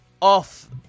off